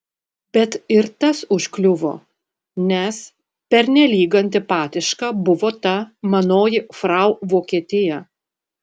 bet ir tas užkliuvo nes pernelyg antipatiška buvo ta manoji frau vokietija